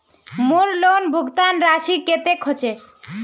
मोर लोन भुगतान राशि कतेक होचए?